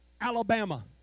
Alabama